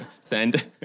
Send